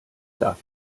darf